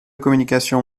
communication